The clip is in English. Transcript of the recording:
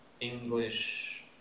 English